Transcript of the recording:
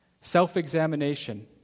Self-examination